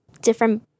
different—